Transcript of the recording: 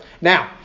Now